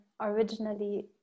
originally